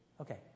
Okay